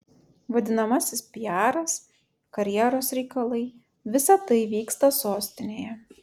vadinamasis piaras karjeros reikalai visa tai vyksta sostinėje